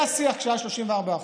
היה שיח כשזה היה 34%,